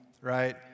right